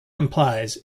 implies